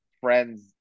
friend's